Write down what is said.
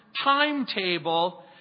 timetable